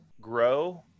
grow